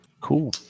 Cool